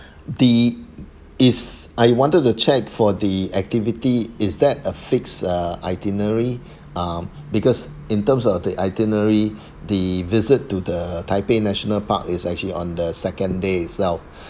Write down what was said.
the is I wanted to check for the activity is that a fixed uh itinerary um because in terms of the itinerary the visit to the taipei national park is actually on the second day it self